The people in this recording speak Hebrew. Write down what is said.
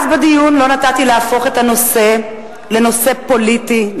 אז בדיון לא נתתי להפוך את הנושא לנושא פוליטי,